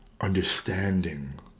understanding